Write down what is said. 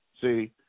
See